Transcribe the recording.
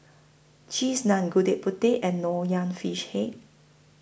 Cheese Naan Gudeg Putih and Nonya Fish Head